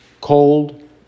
cold